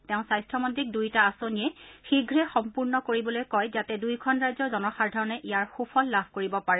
তেওঁ স্বাস্থ্যমন্ত্ৰীক দুয়োটা আঁচনিয়েই শীঘ্ৰে সম্পূৰ্ণ কৰিবলৈ কয় যাতে দুয়োখন ৰাজ্যৰ জনসাধাৰণে ইয়াৰ সুফল লাভ কৰিব পাৰে